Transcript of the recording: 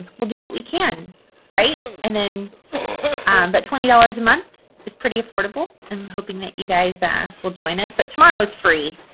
we'll do what we can right and then but twenty dollars a month is pretty affordable. i'm hoping that you guys will join us but tomorrow is free.